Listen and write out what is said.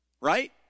Right